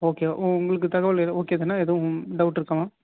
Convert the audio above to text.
okay உங்களுக்கு தகவல் எதுவும் ஓகே தானே எதுவும் டவுட்டு இருக்கா மேம்